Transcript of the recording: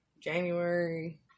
January